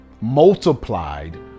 multiplied